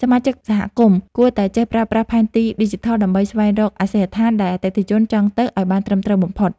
សមាជិកសហគមន៍គួរតែចេះប្រើប្រាស់ផែនទីឌីជីថល ដើម្បីស្វែងរកអាសយដ្ឋានដែលអតិថិជនចង់ទៅឱ្យបានត្រឹមត្រូវបំផុត។